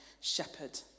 shepherd